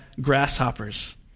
grasshoppers